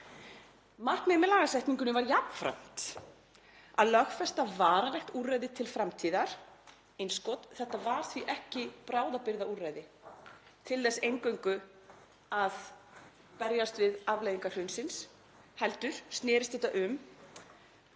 Markmiðið með lagasetningunni var jafnframt að lögfesta varanlegt úrræði til framtíðar …“— Þetta var því ekki bráðabirgðaúrræði til þess eingöngu að berjast við afleiðingar hrunsins heldur snerist þetta um